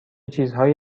چیزهایی